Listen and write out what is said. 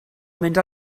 mynd